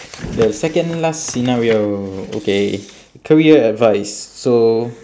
the second last scenario okay career advice so